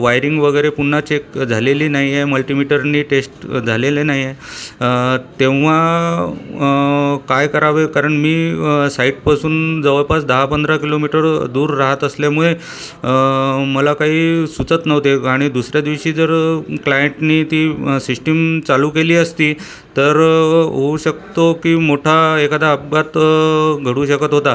wiring वगैरे पुन्हा check झालेली नाही आहे मल्टीमीटरने टेष्ट झालेले नाही आहे तेव्हा काय करावे कारण मी साईटपासून जवळपास दहा पंधरा किलोमीटर दूर राहात असल्यामुळे मला काही सुचत नव्हते आणि दुसऱ्या दिवशी जर क्लायटनी ती सिष्टीम चालू केली असती तर होऊ शकतो की मोठा एखादा अपघात घडू शकत होता